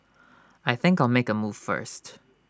I think I'll make A move first